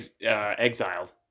exiled